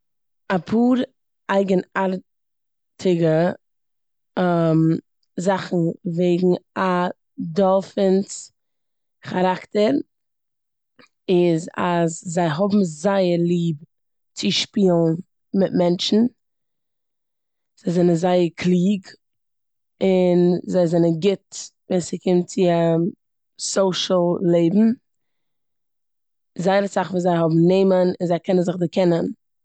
אפאר אייגענארטיגע זאכן וועגו א דאלפינס כאראקטער איז אז זיי האבן זייער ליב צו שפילן מיט מענטשן, זיי זענען זייער קלוג און זיי זענען גוט ווען ס'קומט צו א סאשיל לעבן. זייער אסאך פון זיי האבן נעמען און זיי קענען זיך דערקענען.